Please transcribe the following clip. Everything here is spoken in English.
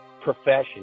profession